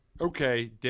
okay